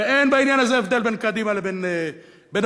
ואין בעניין הזה הבדל בין קדימה לבין הליכוד,